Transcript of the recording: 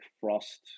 Frost